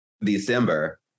December